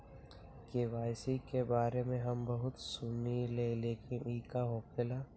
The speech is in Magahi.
के.वाई.सी के बारे में हम बहुत सुनीले लेकिन इ का होखेला?